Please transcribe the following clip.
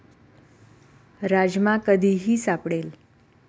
राजमा कधीही सापडेल